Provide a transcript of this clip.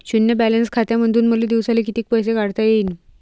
शुन्य बॅलन्स खात्यामंधून मले दिवसाले कितीक पैसे काढता येईन?